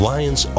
Lions